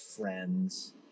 friends